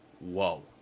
Whoa